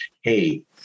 hey